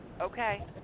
Okay